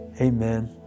amen